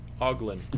Oglin